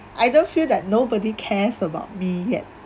I don't feel that nobody cares about me yet